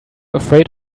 afraid